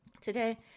Today